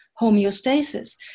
homeostasis